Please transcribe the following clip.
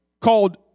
called